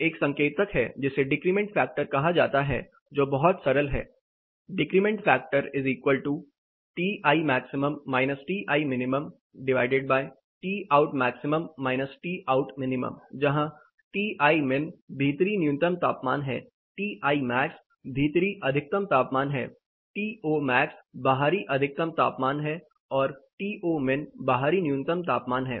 एक संकेतक है जिसे डेक्रिमेंट फैक्टर कहा जाता है जो बहुत सरल है Decremental factorTi max Ti minTo max To min जहां Ti min भीतरी न्यूनतम तापमान है Ti max भीतरी अधिकतम तापमान है To max बाहरी अधिकतम तापमान है और To min बाहरी न्यूनतम तापमान है